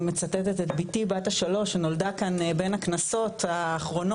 אני מצטטת את ביתי בת השלוש שנולדה כאן בין הכנסות האחרונות,